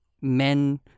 men